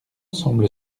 semble